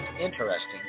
interesting